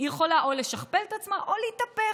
יכולה או לשכפל את עצמה או להתהפך,